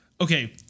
Okay